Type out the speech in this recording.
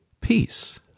Peace